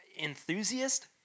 enthusiast